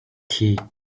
tea